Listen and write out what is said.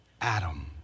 Adam